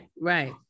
Right